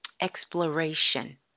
exploration